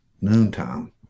noontime